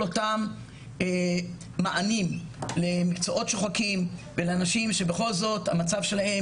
אותם מענים למקצועות שוחקים ולנשים שבכל זאת המצב שלהן